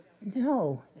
no